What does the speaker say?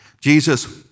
Jesus